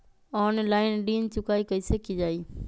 Online ऋण चुकाई कईसे की ञाई?